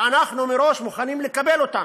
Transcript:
שאנחנו מראש מוכנים לקבל אותן.